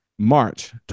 March